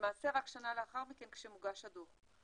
למעשה רק שנה לאחר מכן כשמוגש הדוח.